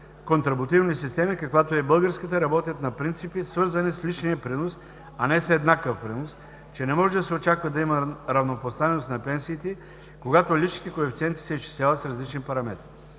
контрабутивни системи, каквато е и българската, работят на принципи, свързани с личния принос, а не с еднакъв принос, че не може да се очаква да има равнопоставеност на пенсиите, когато личните коефициенти се изчисляват с различни параметри.